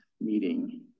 meeting